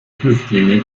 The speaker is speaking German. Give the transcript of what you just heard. flüchtlinge